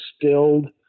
distilled